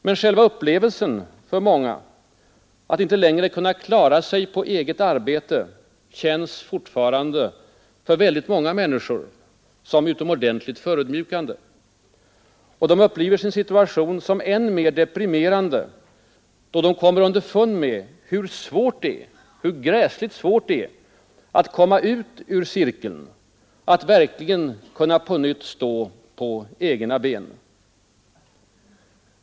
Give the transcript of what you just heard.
Men själva upplevelsen att inte längre kunna klara sig på eget arbete känns fortfarande för väldigt många människor som utomordentligt förödmjukande. Och de upplever sin situation som än mer deprimerande, då de kommer underfund med hur svårt det är att komma ur cirkeln, att verkligen kunna på nytt stå på egna ben.